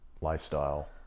lifestyle